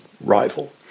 rival